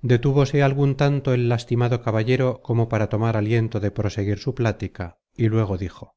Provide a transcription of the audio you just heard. detúvose algun tanto el lasti mado caballero como para tomar aliento de proseguir su plática y luego dijo